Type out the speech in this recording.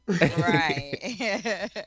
right